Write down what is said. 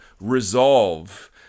resolve